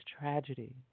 tragedy